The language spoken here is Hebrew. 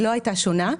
לא הייתה שונה,